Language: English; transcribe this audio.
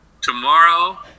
tomorrow